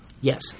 Yes